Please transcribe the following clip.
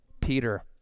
peter